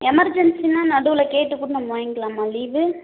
எமர்ஜென்சினால் நடுவில் கேட்டு கூட நம்ம வாங்கிகலாமா லீவு